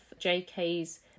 JK's